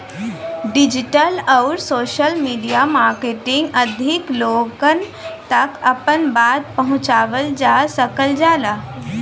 digital आउर social media marketing अधिक लोगन तक आपन बात पहुंचावल जा सकल जाला